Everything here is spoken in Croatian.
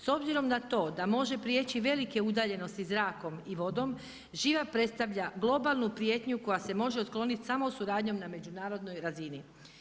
S obzirom na to da može prijeći velike udaljenosti zrakom i vodom živa predstavlja globalnu prijetnju koja se može otkloniti samo suradnjom na međunarodnoj razini.